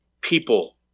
people